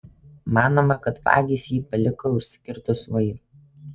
manoma kad vagys jį paliko užsikirtus vairui